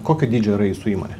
kokio dydžio yra jūsų įmonė